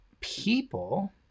people